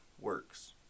works